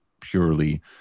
purely